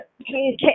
Okay